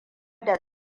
da